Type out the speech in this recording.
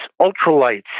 ultralights